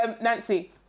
Nancy